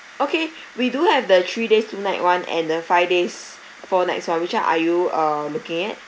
okay we do have the three days two night one and then five days four nights one which are you um looking at